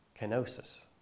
kenosis